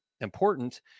important